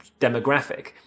demographic